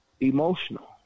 emotional